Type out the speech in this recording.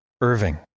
Irving